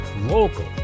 local